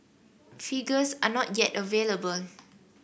figures are not yet available